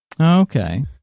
okay